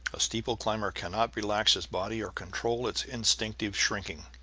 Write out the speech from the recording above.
a steeple-climber cannot relax his body or control its instinctive shrinking.